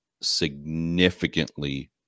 significantly